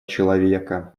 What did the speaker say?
человека